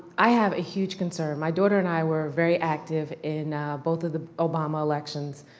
i have a huge concern, my daughter and i were very active in both of the obama elections.